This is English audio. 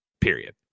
period